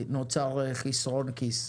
נוצר חסרון כיס.